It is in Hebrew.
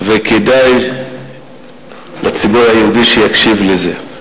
וכדאי לציבור היהודי שיקשיב לזה.